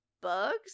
bugs